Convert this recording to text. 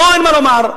לו אין מה לומר.